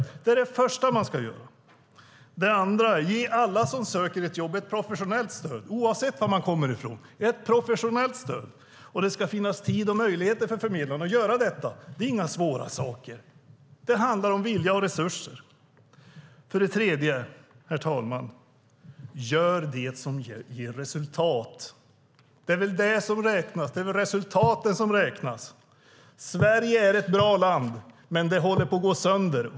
Det här är det första man ska göra. Det andra är att ge alla som söker ett jobb ett professionellt stöd, oavsett var de kommer från. Det ska finnas tid och möjligheter för förmedlarna att göra detta. Det är inga svåra saker. Det handlar om vilja och resurser. Det tredje, herr talman, är att göra det som ger resultat. Det är väl resultaten som räknas. Sverige är ett bra land, men det håller på att gå sönder.